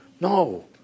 No